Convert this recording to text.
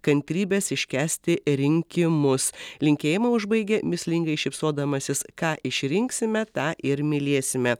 kantrybės iškęsti rinkimus linkėjimą užbaigė mįslingai šypsodamasis ką išrinksime tą ir mylėsime